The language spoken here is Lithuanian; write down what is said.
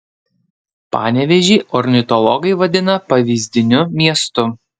panevėžį ornitologai vadina pavyzdiniu miestu